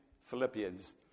Philippians